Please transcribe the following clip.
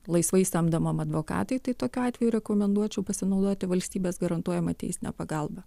laisvai samdomam advokatui tai tokiu atveju rekomenduočiau pasinaudoti valstybės garantuojama teisine pagalba